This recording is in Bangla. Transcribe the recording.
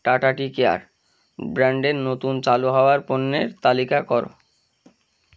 টাটা টি কেয়ার ব্র্যান্ডের নতুন চালু হওয়ার পণ্যের তালিকা করো